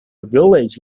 village